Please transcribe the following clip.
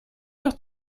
sur